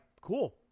cool